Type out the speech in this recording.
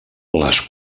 les